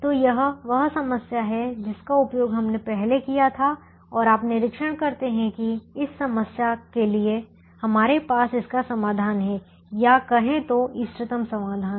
तो यह वह समस्या है जिसका उपयोग हमने पहले किया था और आप निरीक्षण करते हैं कि इस समस्या के लिए हमारे पास इसका समाधान है या कहे तो इष्टतम समाधान